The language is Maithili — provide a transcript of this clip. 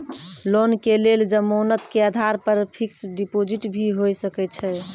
लोन के लेल जमानत के आधार पर फिक्स्ड डिपोजिट भी होय सके छै?